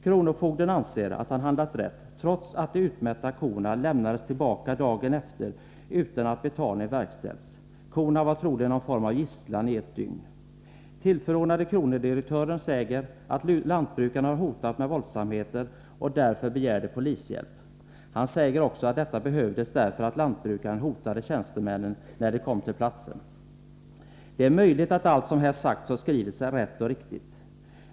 Kronofogden anser att han handlat rätt, trots att de kor som togs i utmätning lämnades tillbaka dagen därpå utan att betalning verkställts — korna var troligen någon form av gisslan i ett dygn. Tillförordnade kronodirektören säger att lantbrukaren hade hotat med våldsamheter och att man därför begärde polishjälp. Han säger också att detta var nödvändigt därför att lantbrukaren hotade tjänstemännen när de kom till platsen. Det är möjligt att allt som sagts och skrivits i frågan är rätt och riktigt.